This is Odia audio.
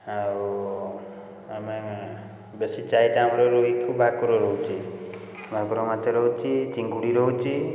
ଆଉ ଆମେ ବେଶୀ ଚାହିଦା ଆମର ରୋହିକି ଭାକୁର ରହୁଛି ଭାକୁର ମାଛ ରହୁଛି ଚିଙ୍ଗୁଡ଼ି ରହୁଛି